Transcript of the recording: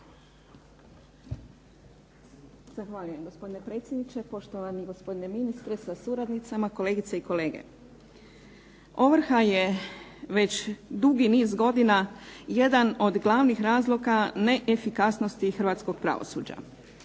Zahvaljujem gospodine predsjedniče, ministre sa suradnicama, kolegice i kolege. Ovrha je već dugi niz godina jedan od glavnih razloga neefikasnosti Hrvatskog pravosuđa.